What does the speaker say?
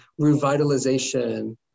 revitalization